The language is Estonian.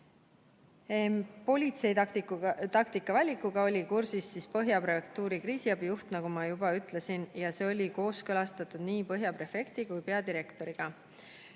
Politsei taktika valikuga oli kursis Põhja prefektuuri kriisiabi juht, nagu ma juba ütlesin, ja see oli kooskõlastatud nii Põhja prefekti kui ka peadirektoriga.